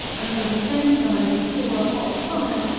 and one of the same size before a hot fire,